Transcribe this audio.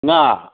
ꯉꯥ